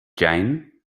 jane